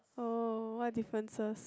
oh what differences